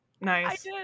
nice